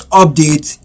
update